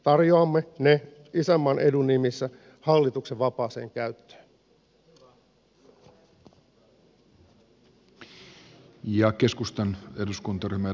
tarjoamme ne isänmaan edun nimissä hallituksen vapaaseen käyttöön